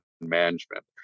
management